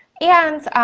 and